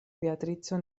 beatrico